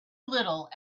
little